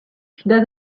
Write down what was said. she